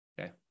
Okay